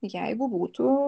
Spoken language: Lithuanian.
jeigu būtų